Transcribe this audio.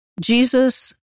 Jesus